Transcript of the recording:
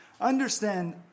Understand